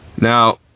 Now